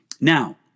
Now